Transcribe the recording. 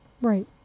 Right